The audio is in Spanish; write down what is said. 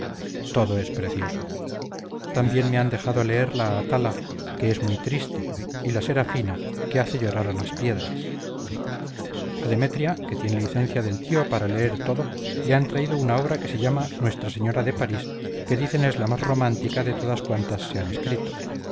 todo es precioso también me an dejado leer la atala que es muy triste y la serafina que ace llorar a las piedras a demetria que tiene licencia del tío para leer todo le an traído una obra que se llama nuestra señora de parís que dicen es la más romántica de todas cuantas se an escrito